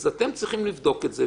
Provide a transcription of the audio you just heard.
אז אתם צריכים לבדוק את זה.